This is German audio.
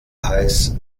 heiß